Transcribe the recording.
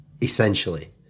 essentially